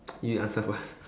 you answer first